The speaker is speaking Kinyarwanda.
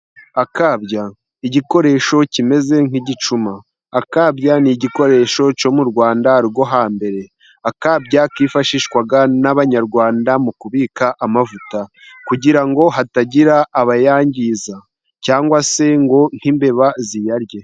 Akabya, igikoresho kimeze nk'igicuma. Akabya ni igikoresho cyo mu Rwanda rwo hambere. Akabya kifashishwaga n'abanyarwanda mu kubika amavuta. Kugira ngo hatagira abayangiza, cyangwa se ngo nk'imbeba ziyarye.